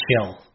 chill